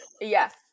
Yes